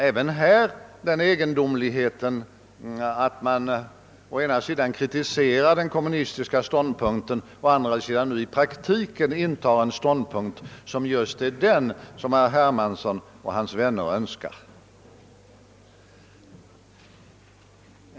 Även här uppstår den egendomligheten, att man å ena sidan kritiserar den kommunistiska ståndpunkten men att man å andra sidan i praktiken intar just den ståndpunkt som herr Hermansson och hans vänner Önskar.